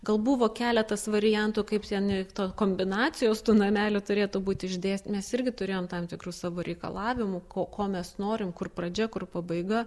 gal buvo keletas variantų kaip ten tie tos kombinacijos tų namelių turėtų būti išdėsty mes irgi turėjom tam tikrų savo reikalavimų ko ko mes norim kur pradžia kur pabaiga